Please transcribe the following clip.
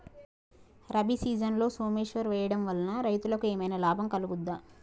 రబీ సీజన్లో సోమేశ్వర్ వేయడం వల్ల రైతులకు ఏమైనా లాభం కలుగుద్ద?